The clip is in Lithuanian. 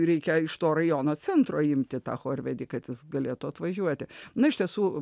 reikia iš to rajono centro imti tą chorvedį kad jis galėtų atvažiuoti na iš tiesų